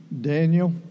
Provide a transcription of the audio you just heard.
Daniel